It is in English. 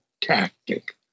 tactic